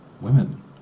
women